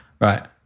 Right